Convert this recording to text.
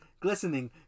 Glistening